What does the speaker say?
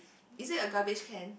is it a garbage can